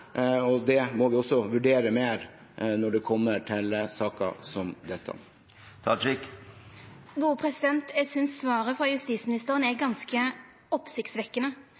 Det må vi også vurdere mer når det kommer til saker som dette. Eg synest svaret frå justisministeren er ganske